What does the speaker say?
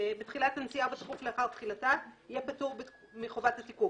הנסיעה או בתכוף לאחר תחילתה, הוראות המפקח